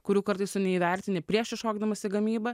kurių kartais tu neįvertini prieš iššokdamas į gamybą